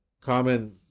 common